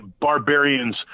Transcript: barbarians